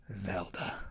Velda